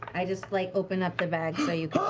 i just like open up the bag so you